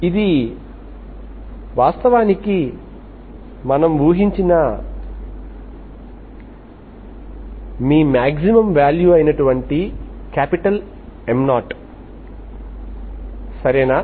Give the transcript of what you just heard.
ఇది వాస్తవానికి మనము ఊహించిన మీ మాక్సిమం వాల్యూM0 సరేనా